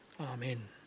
amen